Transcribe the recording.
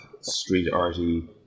street-arty